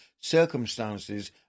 circumstances